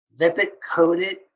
lipid-coated